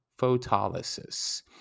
photolysis